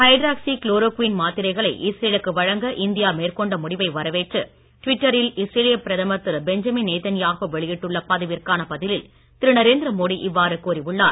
hydroxy chloroquine மாத்திரைகளை இஸ்ரேலுக்கு வழங்க இந்தியா மேற்கொண்ட முடிவை வரவேற்று டுவிட்டரில் இஸ்ரேலிய பிரதமர் திரு பெஞ்சமின் நேதன்யாகு வெளியிட்டுள்ள பதிவிற்கான பதிலில் திரு நரேந்திர மோடி இவ்வாறு கூறி உள்ளார்